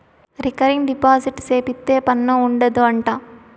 recurring deposit సేపిత్తే పన్ను ఉండదు అంట